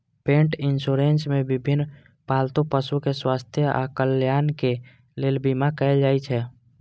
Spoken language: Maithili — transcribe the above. पेट इंश्योरेंस मे विभिन्न पालतू पशुक स्वास्थ्य आ कल्याणक लेल बीमा कैल जाइ छै